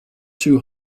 too